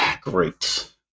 Great